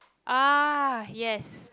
ah yes